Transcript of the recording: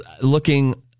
Looking